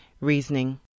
reasoning